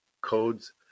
codes